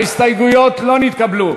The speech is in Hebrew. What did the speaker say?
ההסתייגויות לא נתקבלו.